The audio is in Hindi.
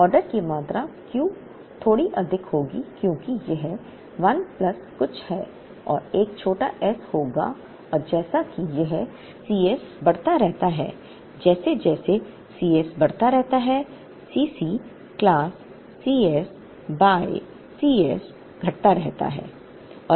ऑर्डर की मात्रा Q थोड़ी अधिक होगी क्योंकि यह 1 प्लस कुछ है और एक छोटा s होगा और जैसा कि यह Cs बढ़ता रहता हैजैसे जैसे C s बढ़ता रहता है C c class C s by Cs घटता रहता है